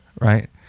right